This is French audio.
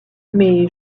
mais